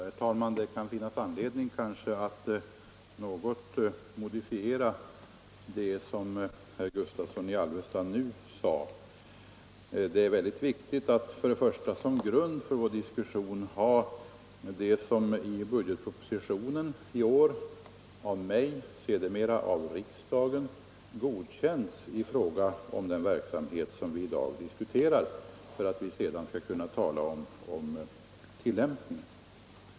Herr talman! Det kanske finns anledning att något modifiera det som herr Gustavsson i Alvesta nu sade. Det är till att börja med mycket viktigt att som grund för vår diskussion ha det som i budgetpropositionen i år har föreslagits av mig och sedermera godkänts av riksdagen i fråga om den verksamhet som vi nu diskuterar, för att vi sedan skall kunna tala om tillämpningen.